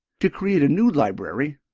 to create a new library,